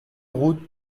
route